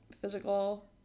physical